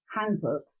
handbook